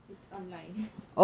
it online